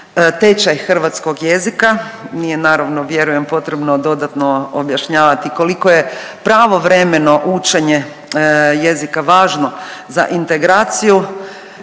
tečaj hrvatskog jezika, nije naravno vjerujem potrebno dodatno objašnjavati koliko je pravovremeno učenje jezika važno za integraciju